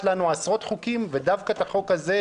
לנו עשרות חוקים ודווקא מעלים את החוק הזה,